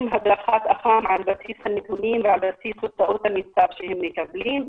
הדרכת אח"מ על בסיס הנתונים ועל בסיס תוצאות המיצב שהם מקבלים.